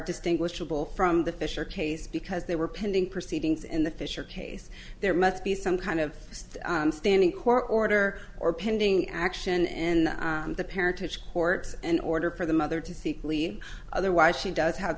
distinguishable from the fisher case because they were pending proceedings in the fisher case there must be some kind of standing court order or pending action in the parent which court's an order for the mother to seek leave otherwise she does have